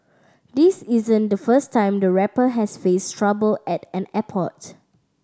this isn't the first time the rapper has faced trouble at an airport